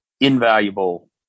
invaluable